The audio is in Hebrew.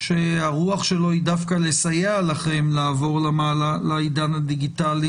שהרוח שלו היא דווקא לסייע לכם לעבור לעידן הדיגיטלי